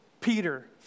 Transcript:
Peter